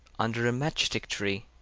under a mastick tree.